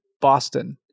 Boston